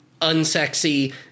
unsexy